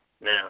Now